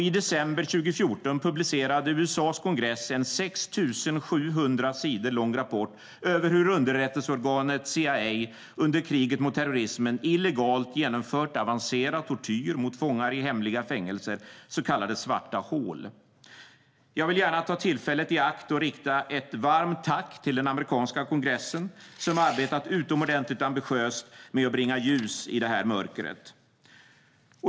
I december 2014 publicerade USA:s kongress en 6 700 sidor lång rapport över hur underrättelseorganet CIA under kriget mot terrorismen illegalt genomfört avancerad tortyr mot fångar i hemliga fängelser, så kallade svarta hål. Jag vill gärna ta tillfället i akt och rikta ett varmt tack till den amerikanska kongressen som arbetat utomordentligt ambitiöst med att bringa ljus i mörkret.